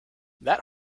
that